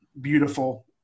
beautiful